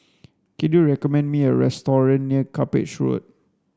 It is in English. can you recommend me a restaurant near Cuppage Road